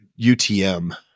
UTM